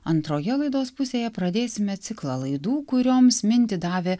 antroje laidos pusėje pradėsime ciklą laidų kurioms mintį davė